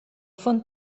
fon